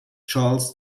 charles